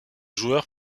joueur